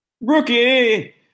Rookie